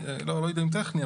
לא יודע אם טכני,